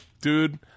dude